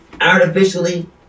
artificially